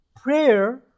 Prayer